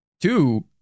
two